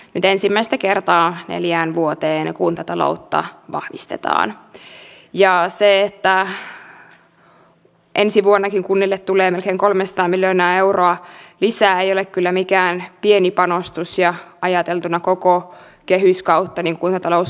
nyt ensimmäistä kertaa neljään vuoteen kuntataloutta siuntion osalta on löydetty jonkinlainen ratkaisu mutta tässäkin kunta laitetaan maksumieheksi mikä ei ole kyllä mikään pieni panostus ja ajateltuna koko kehyskautta kuntatalous